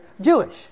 Jewish